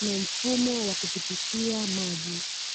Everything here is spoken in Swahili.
na mfumo wa kupitishia maji.